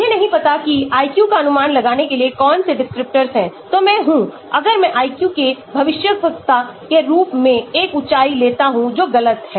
मुझे नहीं पता कि IQ का अनुमान लगाने के लिए कौन से descriptors हैंतो मैं हूं अगर मैं IQ के भविष्यवक्ता के रूप में एक ऊंचाई लेता हूं जो गलत है